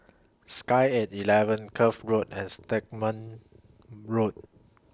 Sky At eleven Cuff Road and Stagmont Road